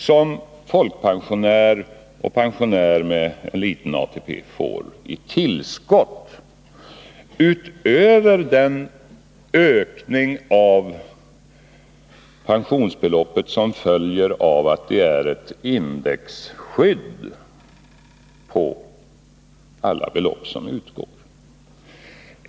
— som folkpensionär och pensionär med liten ATP får i tillskott utöver den ökning av pensionsbeloppet som följer av att det finns ett indexskydd för alla belopp som utgår.